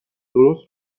درست